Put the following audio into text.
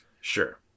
Sure